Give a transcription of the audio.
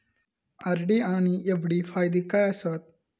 RD आनि FD फायदे काय आसात?